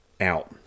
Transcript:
out